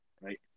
right